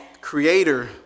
creator